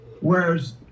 Whereas